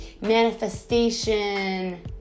manifestation